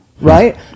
right